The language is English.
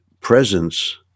presence